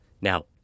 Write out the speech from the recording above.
Now